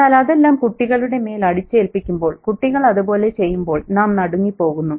എന്നാൽ അതെല്ലാം കുട്ടികളുടെമേൽ അടിച്ചേൽപ്പിക്കുമ്പോൾ കുട്ടികൾ അതുപോലെ ചെയ്യുമ്പോൾ നാം നടുങ്ങിപ്പോകുന്നു